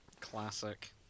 Classic